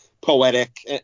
Poetic